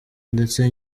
ndetse